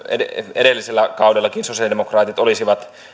edellisellä kaudellakin sosialidemokraatit olisivat